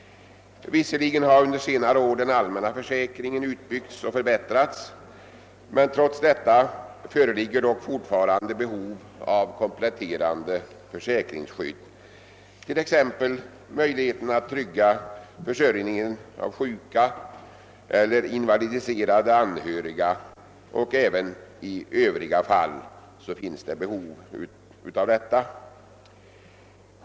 Visserligen har under senare år den allmänna försäkringen utbyggts och förbättrats, men trots detta föreligger fortfarande behov av kompletterande försäkringsskydd, t.ex. möjlighet att trygga försörjningen av sjuka eller invalidiserade anhöriga. Även i andra fall finns det behov av detta.